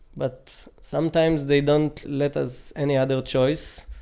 but sometimes they don't let us any other choice,